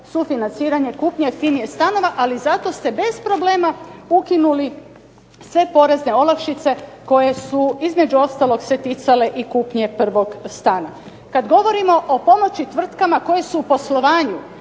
sufinanciranje kupnje jeftinijih stanova, ali zato ste bez problema ukinuli sve porezne olakšice koje su između ostalog se ticale i kupnje prvog stana. Kad govorimo o pomoći tvrtkama koje su u poslovanju,